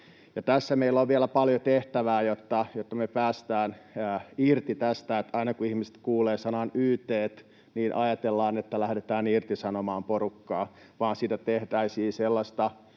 tässä meillä on vielä paljon tehtävää, jotta me päästään irti tästä, että aina, kun ihmiset kuulevat sanan ”yt”, ajatellaan, että lähdetään irtisanomaan porukkaa, ja että siitä tehtäisiin sellaista